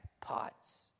pots